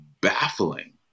baffling